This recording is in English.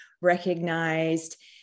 recognized